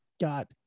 got